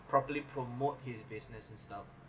properly promote his business and stuff